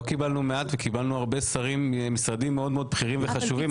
קיבלנו הרבה שרים ממשרדים מאוד מאוד בכירים וחשובים,